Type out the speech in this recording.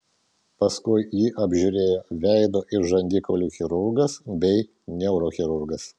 paskui jį apžiūrėjo veido ir žandikaulių chirurgas bei neurochirurgas